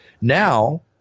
Now